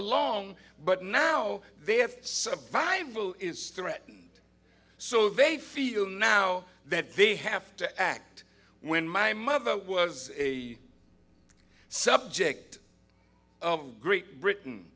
along but now they have survival is threatened so they feel now that they have to act when my mother was a subject of great britain